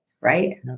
Right